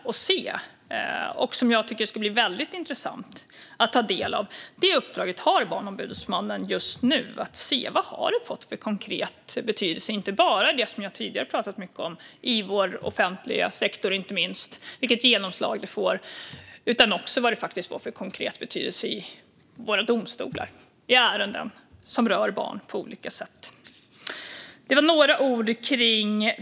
Jag tycker att det ska bli väldigt intressant att ta del av det. Barnombudsmannen har just detta uppdrag att se vilken konkret betydelse det har fått. Det gäller inte bara det som jag tidigare har pratat mycket om, det vill säga vilket genomslag det får i offentlig sektor, utan också vilken konkret betydelse det får i våra domstolar i ärenden som på olika sätt rör barn.